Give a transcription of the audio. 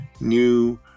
new